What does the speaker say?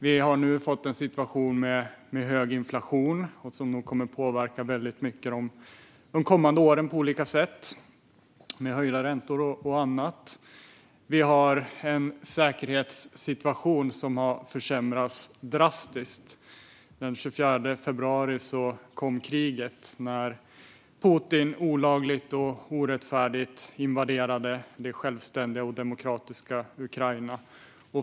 Vi har nu fått en situation med hög inflation, som nog kommer att påverka de kommande åren väldigt mycket på olika sätt med höjda räntor och annat. Vi har också en säkerhetssituation som har försämrats drastiskt. Den 24 februari kom kriget, när Putin olagligt och orättfärdigt invaderade det självständiga och demokratiska Ukraina.